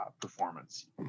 performance